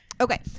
Okay